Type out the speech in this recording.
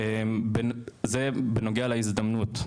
זה בנוגע להזדמנות.